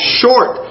short